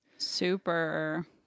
Super